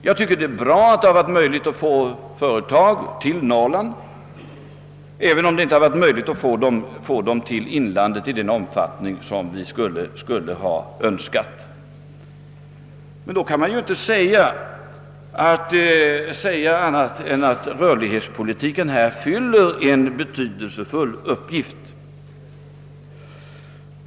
Jag tycker det är bra att vi fått företag till Norrland även om det inte varit möiligt att få dem till inlandet i önskad omfattning. Då kan man ju inte säga annat än att rörlighetspolitiken fyller en betydelsefull uppgift.